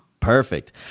Perfect